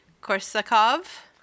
Korsakov